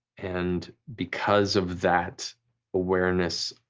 and because of that awareness,